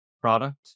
product